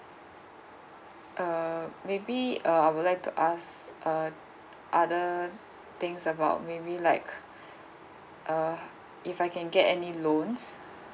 err maybe uh I would like to ask uh other things about maybe like uh if I can get any loans